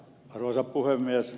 arvoisa puhemies